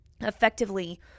effectively